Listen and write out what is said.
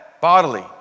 bodily